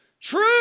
True